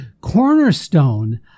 cornerstone